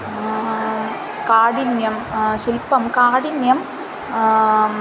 काठिन्यं शिल्पं काठिन्यं